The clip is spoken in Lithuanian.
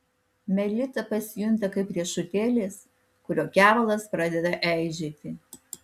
melita pasijunta kaip riešutėlis kurio kevalas pradeda eižėti